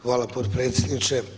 Hvala potpredsjedniče.